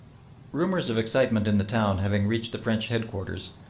rumours of excitement in the town having reached the french headquarters,